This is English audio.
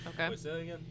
Okay